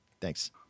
Thanks